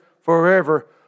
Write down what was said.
forever